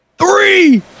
three